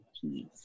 Peace